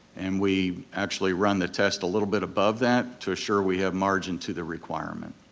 and we actually run the test a little bit above that to assure we have margin to the requirement.